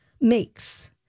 makes